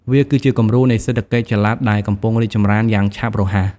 វាគឺជាគំរូនៃសេដ្ឋកិច្ចចល័តដែលកំពុងរីកចម្រើនយ៉ាងឆាប់រហ័ស។